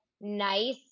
nice